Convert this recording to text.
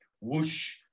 whoosh